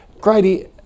Grady